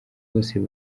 bose